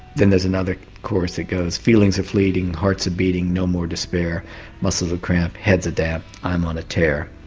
then there's another chorus that goes feelings are fleeting, hearts a'beating no more despair muscles are cramped, head's a damp i'm on a tear.